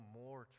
more